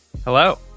Hello